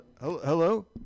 hello